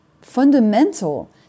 fundamental